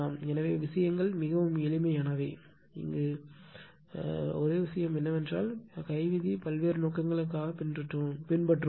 எனவே விஷயங்கள் மிகவும் எளிமையானவை ஒரே விஷயம் என்னவென்றால் கை விதி பல்வேறு நோக்கங்களுக்காக பின்பற்றுவோம்